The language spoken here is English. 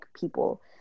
people